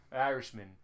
irishman